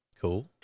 Cool